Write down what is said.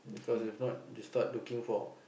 cause if not you start looking for